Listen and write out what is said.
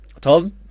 Tom